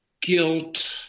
guilt